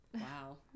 wow